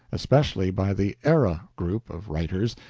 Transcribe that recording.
especially by the era group of writers,